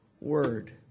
word